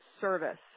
service